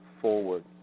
forward